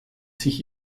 sich